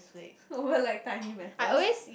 over like tiny matters